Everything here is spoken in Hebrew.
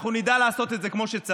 אנחנו נדע לעשות את זה כמו שצריך,